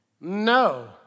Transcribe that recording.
No